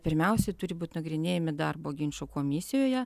pirmiausiai turi būt nagrinėjami darbo ginčų komisijoje